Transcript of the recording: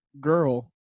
girl